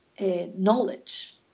knowledge